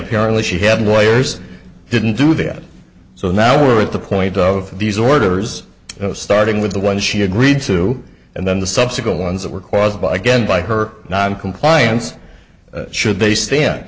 apparently she had lawyers didn't do that so now we're at the point of these orders starting with the ones she agreed to and then the subsequent ones that were caused by again by her noncompliance should they stand